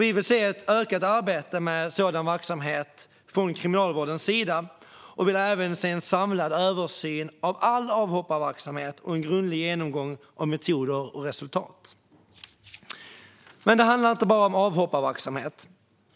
Vi vill se ett ökat arbete med sådan verksamhet från Kriminalvårdens sida och vill även se en samlad översyn av all avhopparverksamhet och en grundlig genomgång av metoder och resultat. Det handlar dock inte bara om avhopparverksamhet.